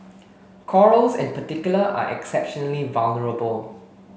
corals in particular are exceptionally vulnerable